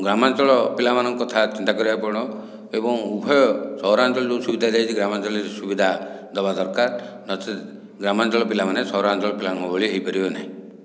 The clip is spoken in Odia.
ଗ୍ରାମାଞ୍ଚଳ ପିଲାମାନଙ୍କ କଥା ଚିନ୍ତା କରିବା ପାଇଁ ପଡ଼ିବ ଏବଂ ଉଭୟ ସହରାଞ୍ଚଳରେ ଯେଉଁ ସୁବିଧା ଦିଆ ହୋଇଛି ଗ୍ରାମାଞ୍ଚଳରେ ସେହି ସୁବିଧା ଦେବା ଦରକାର ନଚେତ ଗ୍ରାମାଞ୍ଚଳ ପିଲାମାନେ ସହରାଞ୍ଚଳ ପିଲାଙ୍କ ଭଳି ହୋଇପାରିବେ ନାହିଁ